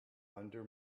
under